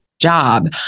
job